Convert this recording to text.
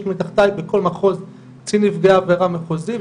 יש לי מתחתיי בכל מחוז קצין נפגעי עבירה מחוזי,